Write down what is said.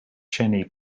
cheney